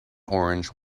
orange